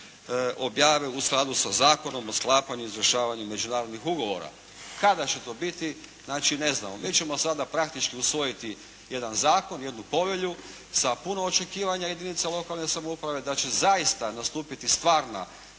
objave u skladu sa Zakonom o sklapanju i izvršavanju međunarodnih ugovora. Kada će to biti, znači ne znamo. Mi ćemo sada praktički usvojiti jedan zakon, jednu povelju sa puno očekivanja jedinica lokalne samouprave da će zaista nastupiti stvarna